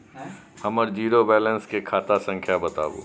हमर zero balance के खाता संख्या बतबु?